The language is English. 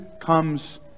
comes